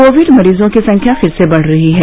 Covid मरीजों की संख्या फिर से बढ़ रही है